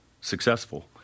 successful